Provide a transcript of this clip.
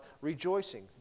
rejoicing